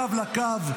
קו לקו".